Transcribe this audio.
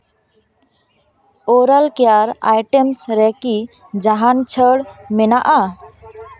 oral care items ᱨᱮᱠᱤ ᱡᱟᱦᱟᱱ ᱪᱷᱟᱹᱲ ᱢᱮᱱᱟᱜᱼᱟ